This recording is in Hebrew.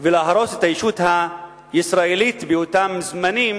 ולהרוס את הישות הישראלית באותם זמנים,